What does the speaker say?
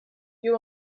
you